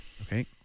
Okay